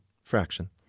fraction